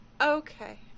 Okay